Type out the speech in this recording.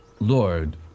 Lord